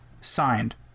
Signed